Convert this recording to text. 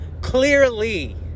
clearly